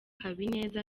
habineza